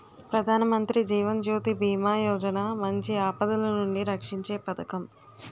ప్రధానమంత్రి జీవన్ జ్యోతి బీమా యోజన మంచి ఆపదలనుండి రక్షీంచే పదకం